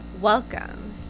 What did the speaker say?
Welcome